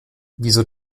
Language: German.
wieso